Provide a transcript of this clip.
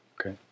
Okay